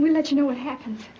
we'll let you know what happens